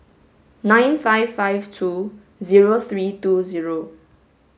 nine five five two zero three two zero